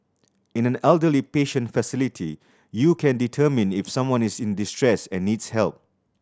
in an elderly patient facility you can determine if someone is in distress and needs help